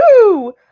Woo